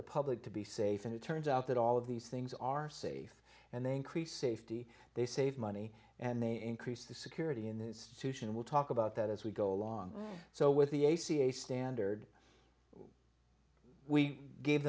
the public to be safe and it turns out that all of these things are safe and they increase safety they save money and they increase the security in the institution we'll talk about that as we go along so with the a c a standard we gave